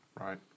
Right